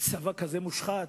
צבא כזה מושחת,